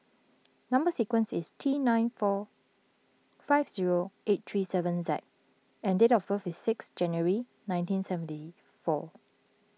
Number Sequence is T nine four five zero eight three seven Z and date of birth is six January nineteen seventy four